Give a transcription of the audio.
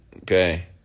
Okay